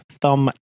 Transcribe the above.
thumb